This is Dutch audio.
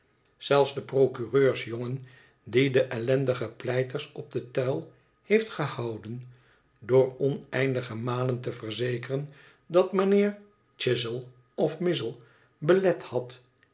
zelfs de procureurs jongen die de ellendige pleiters op den tuil heeft gehouden door oneindige malen te verzekeren dat mijnheer ghizzle of mizzle belet had